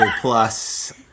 Plus